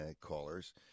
callers